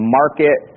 market